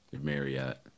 marriott